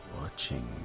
watching